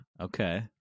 Okay